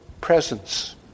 presence